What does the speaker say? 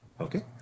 Okay